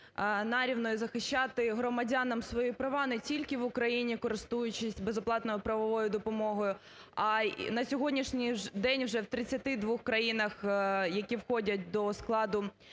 нарівно і захищати громадянам свої права не тільки в Україні користуючись безоплатною правовою допомогою, а на сьогоднішній день вже в 32 країнах, які входять до складу